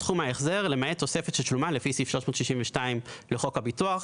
"סכום ההחזר" למעט תוספת ששולמה לפי סעיף 362 לחוק הביטוח."